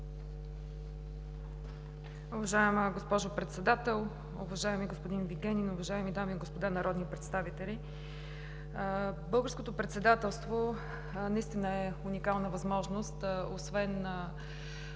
Българското председателство наистина е уникална възможност освен да